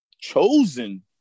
chosen